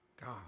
God